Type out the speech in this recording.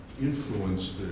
influence